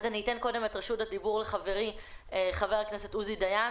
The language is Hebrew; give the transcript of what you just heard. רשות הדיבור לחברי חבר הכנסת עוזי דיין